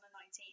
2019